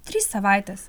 trys savaitės